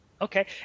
Okay